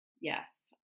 yes